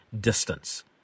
distance